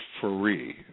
free